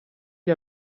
gli